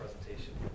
presentation